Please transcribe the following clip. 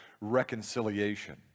reconciliation